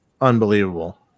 unbelievable